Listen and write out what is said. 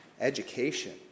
education